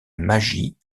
magie